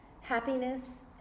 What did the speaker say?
happiness